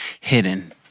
hidden